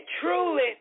truly